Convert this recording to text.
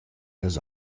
las